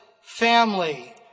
family